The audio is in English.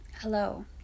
Hello